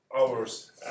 hours